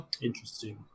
Interesting